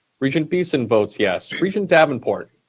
regent beeson votes yes. regent davenport?